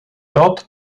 dort